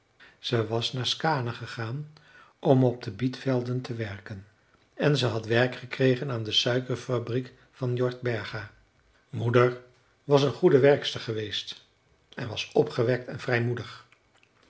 ze was naar skaane gegaan om op de bietvelden te werken en ze had werk gekregen aan de suikerfabriek van jordberga moeder was een goede werkster geweest en was opgewekt en